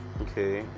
Okay